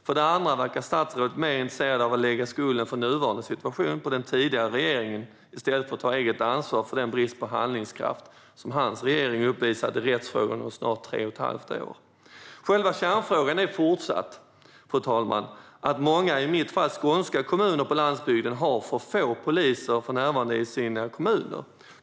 För det andra verkar statsrådet mer intresserad av att lägga skulden för nuvarande situation på den tidigare regeringen än av att ta eget ansvar för den brist på handlingskraft som hans regering uppvisat i rättsfrågorna under snart tre och att halvt år. Fru talman! Själva kärnfrågan är fortsatt att många kommuner - i mitt fall skånska kommuner på landsbygden - har för få poliser närvarande.